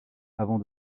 avant